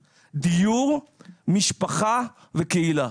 דיור, משפחה וקהילה.